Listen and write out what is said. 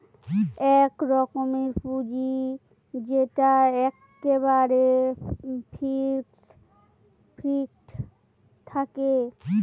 এক রকমের পুঁজি যেটা এক্কেবারে ফিক্সড থাকে